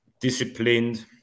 disciplined